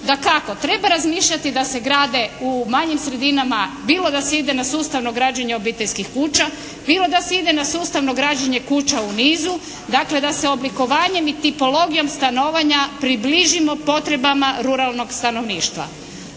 Dakako treba razmišljati da se gradi u manjim sredinama bilo da se ide na sustavno građenje obiteljskih kuća, bilo da se ide na sustavno građenje kuća u nizu, dakle da se oblikovanje i tipologijom stanovanja približimo potrebama ruralnog stanovništva.